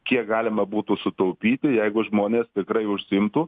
kiek galima būtų sutaupyti jeigu žmonės tikrai užsiimtų